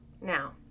now